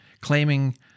claiming